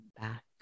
back